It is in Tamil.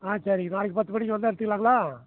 ஆ சரிங்க நாளைக்கு பத்து மணிக்கு வந்தால் எடுத்துக்கலாங்களா